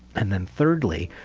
and then thirdly,